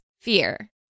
Fear